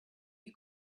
you